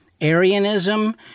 Arianism